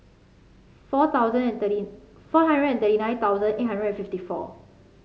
four thousand and thirty four hundred and thirty nine thousand eight hundred and fifty four